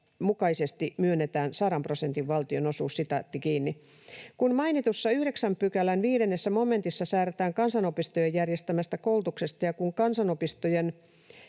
mukaisesti myönnetään sadan prosentin valtionosuus”. Kun mainitussa 9 §:n 5 momentissa säädetään kansanopistojen järjestämästä koulutuksesta ja kun kansanopistojen